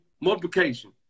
multiplication